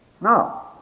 now